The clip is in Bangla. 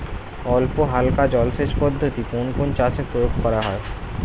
অল্পহালকা জলসেচ পদ্ধতি কোন কোন চাষে প্রয়োগ করা হয়?